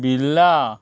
Birla